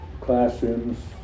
classrooms